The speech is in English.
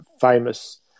famous